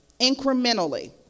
incrementally